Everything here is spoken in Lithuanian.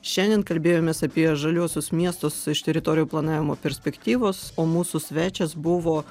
šiandien kalbėjomės apie žaliuosius miestus iš teritorijų planavimo perspektyvos o mūsų svečias buvo